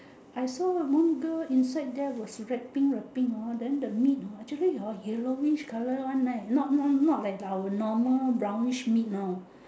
I saw a moon girl inside there was wrapping a thing hor then the meat actually hor yellowish colour one eh not not not like our normal brownish meat know